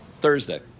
Thursday